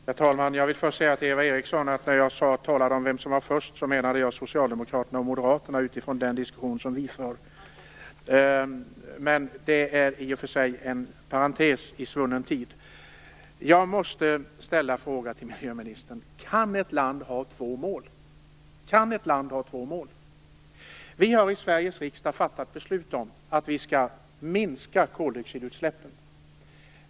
Herr talman! Jag vill först säga till Eva Eriksson att när jag talade om vem som var först, menade jag socialdemokraterna och moderaterna utifrån den diskussion som vi för. Det är i och för sig en parentes i svunnen tid. Jag måste fråga miljöministern: Kan ett land ha två mål? Vi har i Sveriges riksdag fattat beslut om att vi skall minska koldioxidutsläppen.